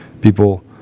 People